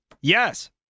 Yes